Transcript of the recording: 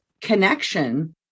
connection